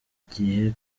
gihe